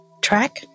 track